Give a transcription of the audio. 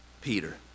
Peter